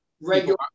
Regular